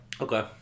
Okay